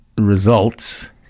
results